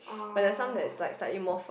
oh